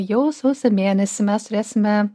jau sausio mėnesį mes turėsime